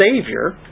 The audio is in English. Savior